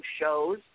shows